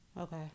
okay